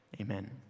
Amen